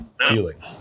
feeling